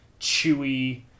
chewy